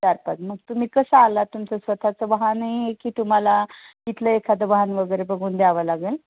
चारपाच मग तुम्ही कसं आला तुमचं स्वतःचं वाहन आहे की तुम्हाला इथलं एखादं वाहन वगैरे बघून द्यावं लागेल